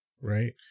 right